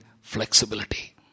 flexibility